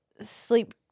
sleep